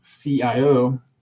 CIO